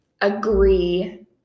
agree